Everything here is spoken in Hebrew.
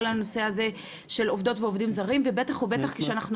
הנושא הזה של עובדות ועובדים זרים ובטח ובטח כשאנחנו